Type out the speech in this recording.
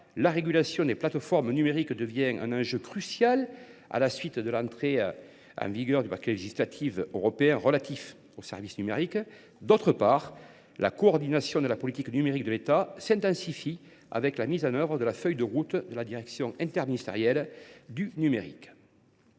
la régulation des plateformes numériques devient un enjeu crucial à la suite de l’entrée en vigueur du paquet législatif européen relatif aux services numériques. D’autre part, la coordination de la politique numérique de l’État s’intensifie, avec la mise en œuvre de la feuille de route de la direction interministérielle du numérique.